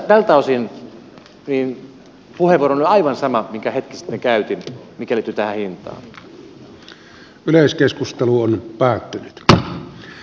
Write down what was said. tältä osin puheenvuoroni oli aivan sama kuin minkä hetki sitten käytin ja mikä liittyi tähän